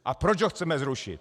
A proč ho chceme zrušit?